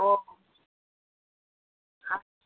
ও আচ্ছা